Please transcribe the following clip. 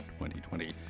2020